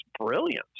brilliant